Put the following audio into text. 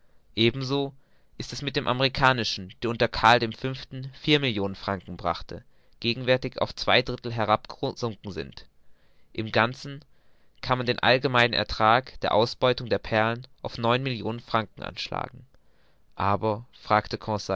ebenso ist es mit den amerikanischen die unter karl v vier millionen franken brachten gegenwärtig auf zwei drittheil herabgesunken sind im ganzen kann man den allgemeinen ertrag der ausbeutung der perlen auf neun millionen franken anschlagen aber fragte